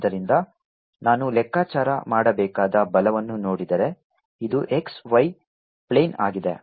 ಆದ್ದರಿಂದ ನಾನು ಲೆಕ್ಕಾಚಾರ ಮಾಡಬೇಕಾದ ಬಲವನ್ನು ನೋಡಿದರೆ ಇದು x y ಪ್ಲೇನ್ ಆಗಿದೆ